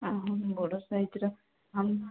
ବଡ଼ ସାଇଜ୍ର ଆମ